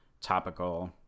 topical